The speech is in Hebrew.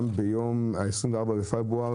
ביום 24 בפברואר,